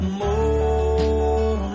more